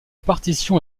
partition